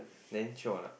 then chio or not